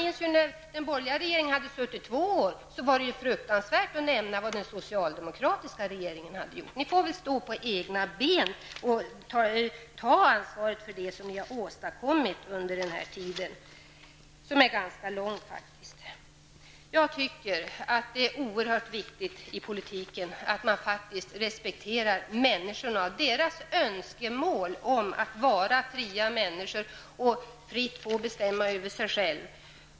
När den borgerliga regeringen suttit i två år fick vi höra att det var fruktansvärt att nämna vad den socialdemokratiska regeringen gjort tidigare. Men nu får väl socialdemokraterna stå på egna ben och ta ansvar för vad de åstadkommit under denna tid, som faktiskt är ganska lång. Jag tycker att det är oerhört viktigt i politiken att man respekterar människorna och deras önskemål om att vara fria människor och fritt få bestämma över sig själva.